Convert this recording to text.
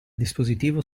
dispositivo